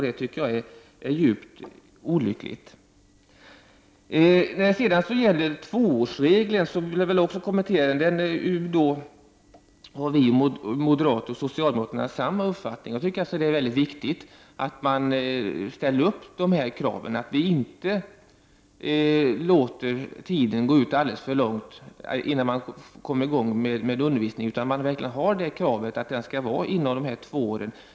Det är djupt olyckligt, anser jag. Jag vill också något kommentera tvåårsregeln. Där har vi moderater och socialdemokraterna samma uppfattning, nämligen att det är väldigt viktigt att man ställer krav på att det inte går för lång tid innan undervisningen kommer i gång, utan att kravet på två år verkligen skall gälla.